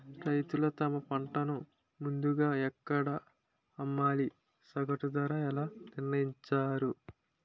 రైతులు తమ పంటను ముందుగా ఎక్కడ అమ్మాలి? సగటు ధర ఎలా నిర్ణయిస్తారు?